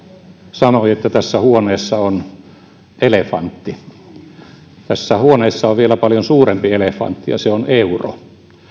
sanoi että tässä huoneessa on elefantti tässä huoneessa on vielä paljon suurempi elefantti ja se on euro